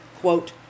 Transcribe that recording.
Quote